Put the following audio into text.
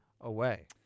away